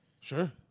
Sure